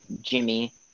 Jimmy